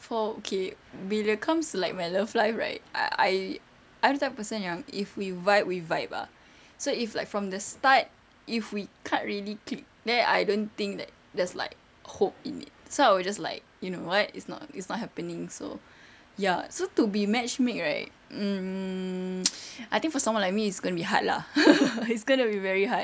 for okay bila comes to like my love life right I I'm the type of person yang if we vibe we vibe ah so if like from the start if we can't really click then I don't think that that's like hope in it so I will just like you know what it's not it's not happening so ya so to be matchmake right mm I think for someone like me it's gonna be hard lah it's gonna be very hard